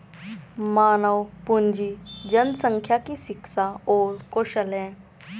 मानव पूंजी जनसंख्या की शिक्षा और कौशल है